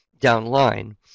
downline